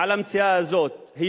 על המציאה הזאת,